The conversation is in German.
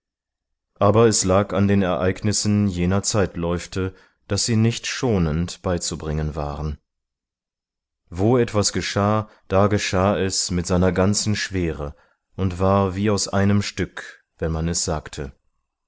aber es lag an den ereignissen jener zeitläufte daß sie nicht schonend beizubringen waren wo etwas geschah da geschah es mit seiner ganzen schwere und war wie aus einem stück wenn man es sagte